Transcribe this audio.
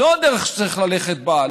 זו הדרך שצריך ללכת בה,